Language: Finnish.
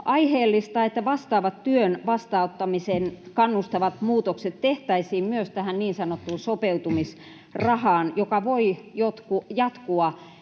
aiheellista, että vastaavat työn vastaanottamiseen kannustavat muutokset tehtäisiin myös tähän niin sanottuun sopeutumisrahaan, joka voi jatkua